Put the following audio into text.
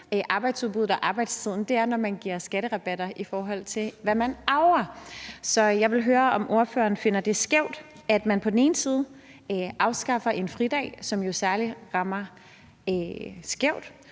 arbejdsudbuddet og arbejdstiden er, når man giver skatterabatter, i forhold til hvad man arver. Så jeg vil høre, om ordføreren finder det skævt, at man på den ene side afskaffer en fridag, som jo rammer særlig